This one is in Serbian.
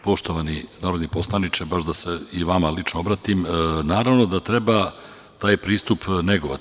Poštovani narodni poslaniče, baš da se i vama lično obratim, naravno da treba taj pristup negovati.